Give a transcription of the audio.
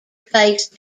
faced